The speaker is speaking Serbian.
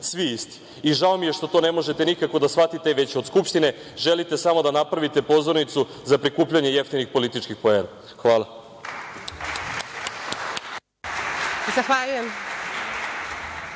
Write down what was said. svi isti. Žao mi je što to ne možete nikako da shvatite, već od Skupštine želite samo da napravite pozornicu za prikupljanje jeftinih političkih poena. Hvala.